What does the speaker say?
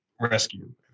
rescue